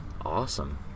awesome